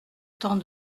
temps